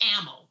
ammo